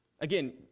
Again